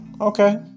Okay